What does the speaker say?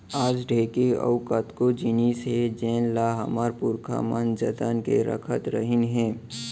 आज ढेंकी अउ कतको जिनिस हे जेन ल हमर पुरखा मन जतन के राखत रहिन हे